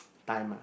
time ah